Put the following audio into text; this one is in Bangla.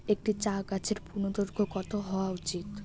একটি চা গাছের পূর্ণদৈর্ঘ্য কত হওয়া উচিৎ?